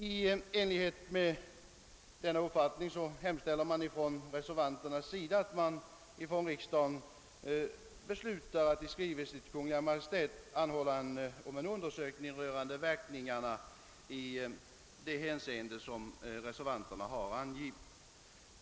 I enlighet med denna uppfattning hemställer reservanterna att riksdagen beslutar att i skrivelse till Kungl. Maj:t anhålla om en undersökning rörande verkningarna i det hänseende som reservanterna har angivit.